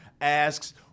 asks